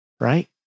right